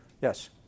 Yes